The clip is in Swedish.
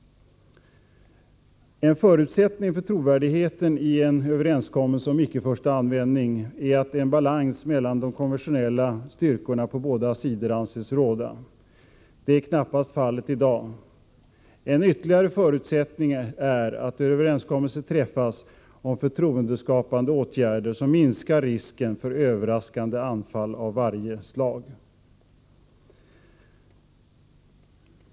En förutsättning för trovärdigheten i en överenskommelse om ickeförstaanvändning är att en balans mellan de konventionella styrkorna på vardera sidan anses råda. Detta är knappast fallet i dag. En ytterligare förutsättning är att överenskommelser träffas om förtroendeskapande åtgärder som minskar risken för överraskande anfall av varje slag.